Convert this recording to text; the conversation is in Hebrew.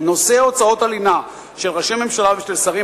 "נושא הוצאות הלינה של ראשי ממשלה ושל שרים